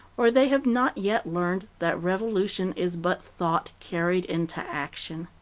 or they have not yet learned that revolution is but thought carried into action.